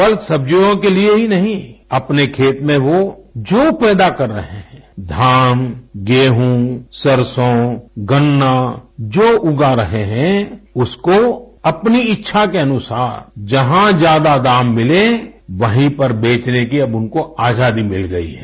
फल सब्जियों के लिए ही नहीं अपने खेत में वो जो पैदा कर रहें हैं धान गेहूं सरसों गन्ना जो उगा रहे हैं उसको अपनी इच्छा के अनुसार जहाँ ज्यादा दाम मिले वहीँ पर बेचने की अब उनको आजादी मिल गई है